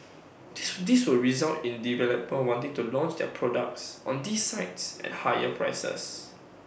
this will result in developers wanting to launch their products on these sites at higher prices